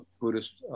Buddhist